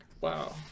wow